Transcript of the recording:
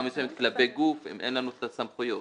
מסוימת כלפי גוף אם אין לנו את הסמכויות.